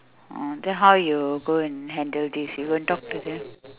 orh then how you go and handle these you go and talk to them